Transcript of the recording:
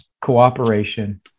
cooperation